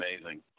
amazing